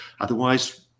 Otherwise